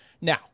Now